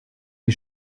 die